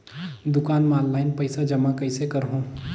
दुकान म ऑनलाइन पइसा जमा कइसे करहु?